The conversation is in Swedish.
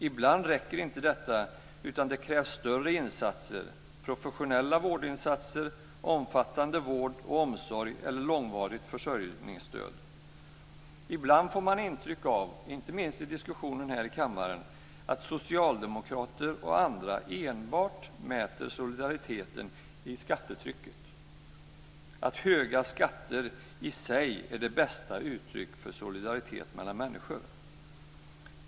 Ibland räcker inte detta, utan det krävs större insatser Ibland får man intrycket, inte minst i diskussionen här i kammaren, att socialdemokrater och andra enbart mäter solidariteten i skattetrycket - att höga skatter i sig är det bästa uttrycket för solidaritet mellan människor.